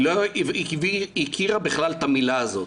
היא לא הכירה בכלל את המילה הזאת.